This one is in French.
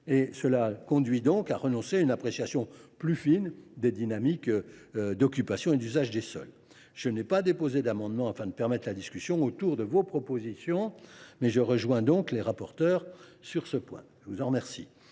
elle conduit à renoncer à une appréciation plus fine des dynamiques d’occupation et d’usage des sols. Je n’ai pas déposé d’amendement, afin de permettre la discussion autour de vos propositions, mais je rejoins les rapporteurs sur ce point. Je tiens par